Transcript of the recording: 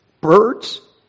birds